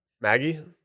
Maggie